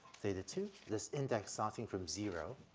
theta two. this index starting from zero,